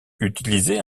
utilisée